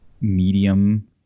medium